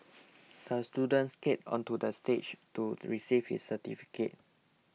the student skated onto the stage to receive his certificate